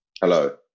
Hello